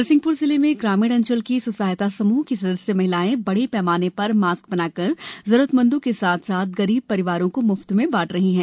नरसिंहपुर जिले में ग्रामीण अंचल की स्व सहायता समूह की सदस्य महिलाएँ बड़े पैमाने पर मास्क बनाकर जरूरतमंदों के साथ साथ गरीब परिवारों को म्फ्त में बाँट रही हैं